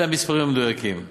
אלה המספרים המדויקים.